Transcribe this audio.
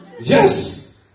Yes